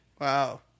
Wow